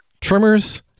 trimmers